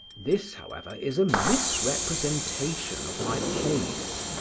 this, however, is a misrepresentation of my case.